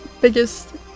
biggest